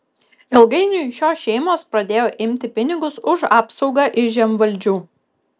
ilgainiui šios šeimos pradėjo imti pinigus už apsaugą iš žemvaldžių